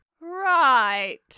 right